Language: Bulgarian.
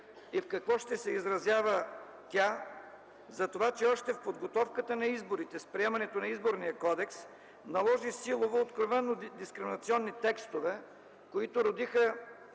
и в какво ще се изразява тя, затова че още в подготовката на изборите, с приемането на Изборния кодекс, наложи силово откровено дискриминационни текстове, които родиха